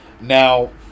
Now